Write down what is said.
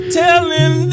telling